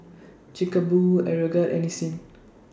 Chic A Boo Aeroguard and Nissin